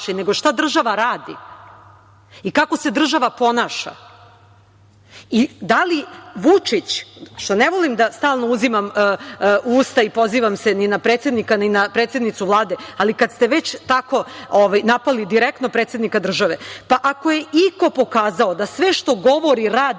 nego šta država radi i kako se država ponaša. Da li Vučić, što ne volim da stalno uzima u usta i pozivam se ni na predsednika ni na predsednicu Vlade, ali kad ste već tako napali direktno predsednika države, ako je iko pokazao da sve što govori, radi